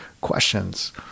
questions